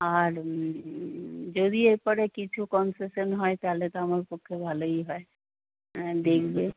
আর যদি এর পরে কিছু কনসেশান হয় তাহলে তো আমার পক্ষে ভালোই হয় দেখবে